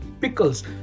Pickles